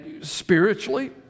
spiritually